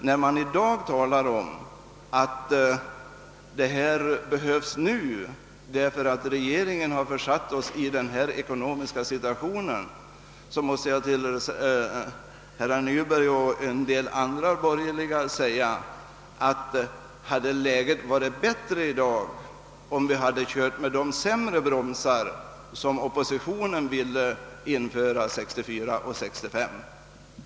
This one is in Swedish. När man i dag talar om att en skärpning behövs därför att regeringen har försatt oss i nu rådande ekonomiska situation, så vill jag fråga herrar Nyberg och en del andra borgerliga talesmän: Hade läget varit bättre i dag om vi hade kört med de sämre bromsar som oppositionen ville införa 1964 och 1965?